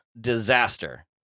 disaster